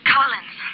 Collins